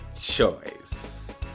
choice